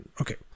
Okay